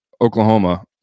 oklahoma